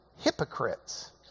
Hypocrites